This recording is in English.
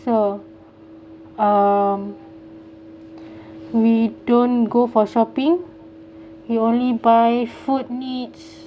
so um we don't go for shopping we only buy food needs